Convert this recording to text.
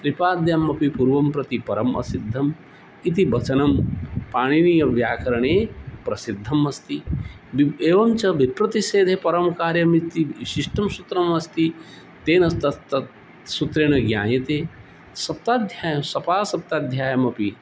त्रिपाद्यामपि पुर्वं प्रति परम् असिद्धम् इति वचनं पाणिनीयव्याकरणे प्रसिद्धम् अस्ति विप् एवं च विप्रतिषेधे परं कार्यम् इति विशिष्टं सूत्रमस्ति तेन तत् तत्सूत्रेण ज्ञायते सप्ताध्याय्यां सपादसप्ताध्याय्यामपि